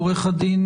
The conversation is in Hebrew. עורך הדין